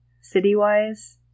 city-wise